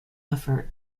effort